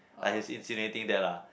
like he's incinerating that lah